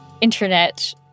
internet